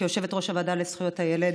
כיושבת-ראש הוועדה לזכויות הילד